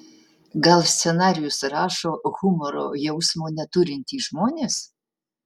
gal scenarijus rašo humoro jausmo neturintys žmonės